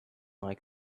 like